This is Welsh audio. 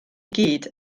gyd